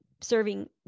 serving